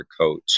coach